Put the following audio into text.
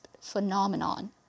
phenomenon